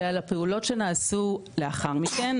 ועל הפעולות שנעשו לאחר מכן.